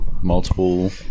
Multiple